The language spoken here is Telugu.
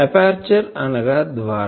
ఎపర్చరు అనగా ద్వారం